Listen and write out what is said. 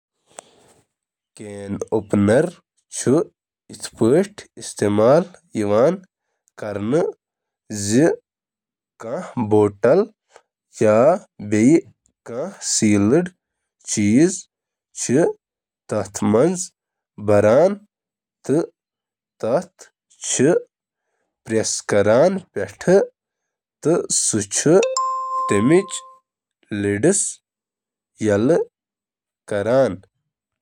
مُمکنہٕ طور پٲٹھۍ ہٮ۪کہِ کانٛہہ تہِ اوپنر پوٗرٕ پٲٹھۍ ڑکُن تُلِتھ۔ اکھ الیکٹرک کین اوپنر بناوِ رِمس سۭتۍ اکھ صاف کٹ تہٕ تُہۍ ہیٚکِو یہِ ڈھکن پوٗرٕ پٲٹھۍ ہٹاونہٕ خٲطرٕ استعمال کٔرِتھ۔